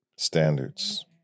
standards